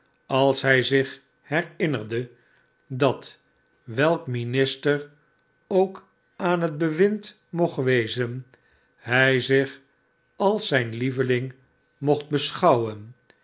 als hij zich herinnerde dat welk minister ook aan het bewind mocht wezen hij zich als zijn lieveling mocht beschouwen